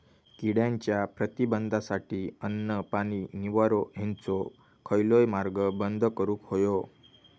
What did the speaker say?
किड्यांच्या प्रतिबंधासाठी अन्न, पाणी, निवारो हेंचो खयलोय मार्ग बंद करुक होयो